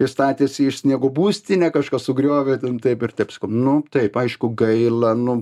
ir statėsi iš sniego būstinę kažkas sugriovė ten taip ir taip sakau nu taip aišku gaila nu